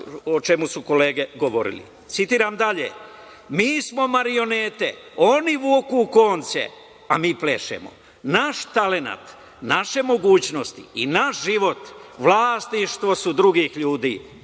o čemu su kolege govorile. Citiram dalje – mi smo marionete, oni vuku konce, a mi plešemo, naš talenat, naša mogućnost i naš život, vlasništvo su drugih ljudi,